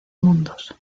mundos